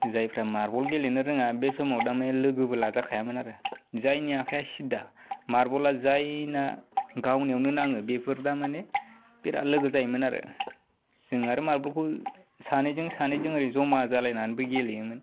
जायफ्रा मार्बल गेलेनो रोङा बे समाव थारमानि लोगोबो लाजाखायामोन आरो जायनि आखाइया सिदा मार्बला जायना गावनायावनो नाङो बेफोरबा मानि बेराद लोगो जायोमोन आरो जों आरो मार्बलखौ सानैजों सानैजों ओरै ज'मा जालायनानैबो गेलेयोमोन